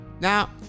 now